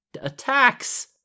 attacks